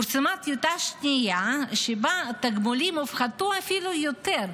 פורסמה טיוטה שנייה שבה התגמולים הופחתו אפילו יותר,